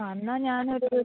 ആ എന്നാല് ഞാനൊരു